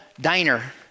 diner